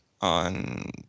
on